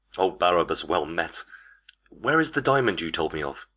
o, barabas, well met where is the diamond you told me of?